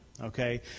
okay